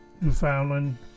Newfoundland